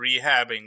rehabbing